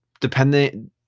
depending